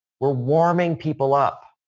we're warming people up.